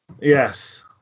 Yes